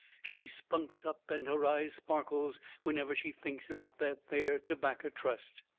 she spunks up and her eyes sparkles whenever she thinks about that there tobaccer trust.